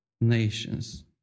nations